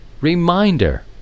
reminder